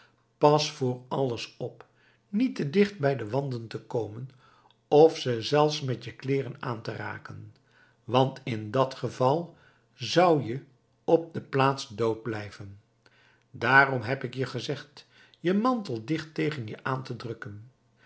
pas voor alles op niet te dicht bij de wanden te komen of ze zelfs met je kleeren aan te raken want in dat geval zou je op de plaats dood blijven daarom heb ik je gezegd je mantel dicht tegen je aan te drukken